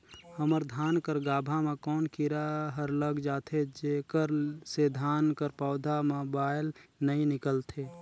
हमर धान कर गाभा म कौन कीरा हर लग जाथे जेकर से धान कर पौधा म बाएल नइ निकलथे?